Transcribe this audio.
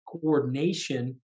coordination